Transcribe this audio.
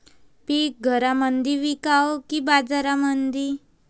पीक घरामंदी विकावं की बाजारामंदी?